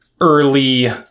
early